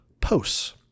posts